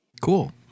Cool